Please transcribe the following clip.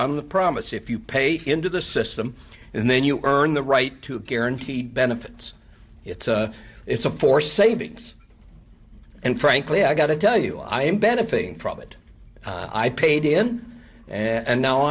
on the promise if you pay into the system and then you earn the right to guaranteed benefits it's it's a forced savings and frankly i've got to tell you i'm benefiting from it i paid in and now